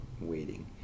waiting